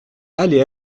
allée